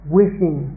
wishing